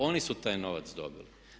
Oni su taj novac dobili.